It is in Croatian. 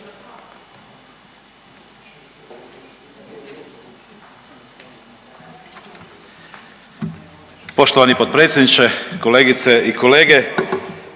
Poštovani potpredsjedniče, kolegice Perić,